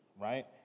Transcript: right